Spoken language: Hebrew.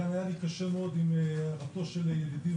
בעיקר היה לי קשה מאוד עם הערתו של ידידי,